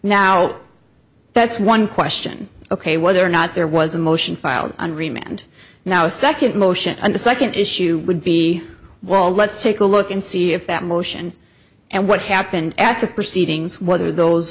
now that's one question ok whether or not there was a motion filed and remained now a second motion and the second issue would be well let's take a look and see if that motion and what happened at the proceedings whether those